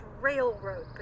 railroad